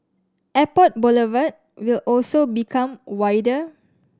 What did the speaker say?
Airport Boulevard will also become wider